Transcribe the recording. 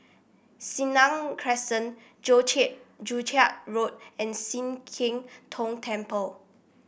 Senang Crescent Joo Joo Chiat Road and Sian Keng Tong Temple